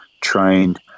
trained